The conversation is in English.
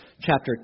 chapter